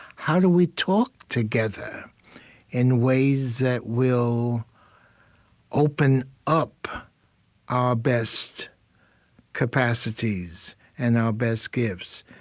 how do we talk together in ways that will open up our best capacities and our best gifts?